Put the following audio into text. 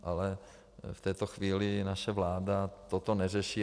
Ale v této chvíli naše vláda toto neřeší.